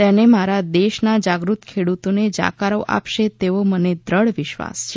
તેને મારા દેશના જાગૃત ખેડૂતો જાકારો આપશે તેવો મને દ્રઢ વિશ્વાસ છે